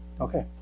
Okay